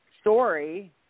Story